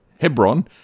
Hebron